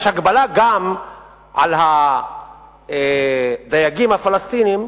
יש גם הגבלה על הדייגים הפלסטינים,